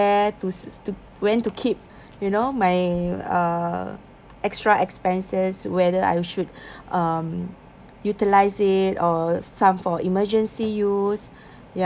to s~ to where to keep you know my uh extra expenses whether I should um utilise say or some for emergency use